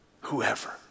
whoever